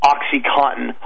OxyContin